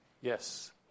Yes